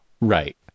Right